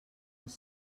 els